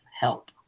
help